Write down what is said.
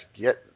get –